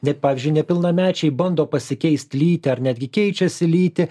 net pavyzdžiui nepilnamečiai bando pasikeist lytį ar netgi keičiasi lytį